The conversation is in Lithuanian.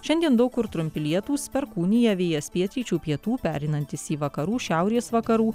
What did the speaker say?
šiandien daug kur trumpi lietūs perkūnija vėjas pietryčių pietų pereinantis į vakarų šiaurės vakarų